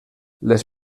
les